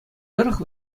тӑрӑх